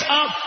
up